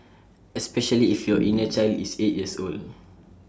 especially if your inner child is eight years old